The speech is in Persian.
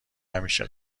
همیشه